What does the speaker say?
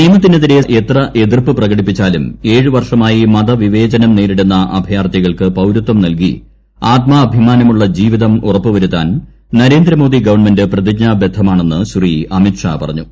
നിയമത്തിനെതിരെ എത്ര എതിർപ്പിച്ച പ്രക്കടിപ്പിച്ചാലും ഏഴ് വർഷമായി മതവിവേചനം നേരിടുന്ന അഭയ്ാർത്ഥികൾക്ക് പൌരത്വം നൽകി ആത്മാഭിമാനമുള്ള ജീവിതച്ച് ഉറ്റപ്പുവരുത്താൻ നരേന്ദ്രമോദി ഗവൺമെന്റ് പ്രതിജ്ഞാബദ്ധമാണെന്ന് ീശ്രീക്അമിത് ഷാ പറഞ്ഞു